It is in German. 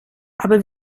aber